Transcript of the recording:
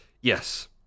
Yes